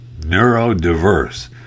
neurodiverse